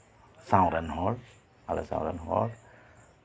ᱥᱟᱶᱨᱮᱱ ᱦᱚᱲ ᱟᱞᱮ ᱥᱟᱶᱨᱮᱱ ᱦᱚᱲ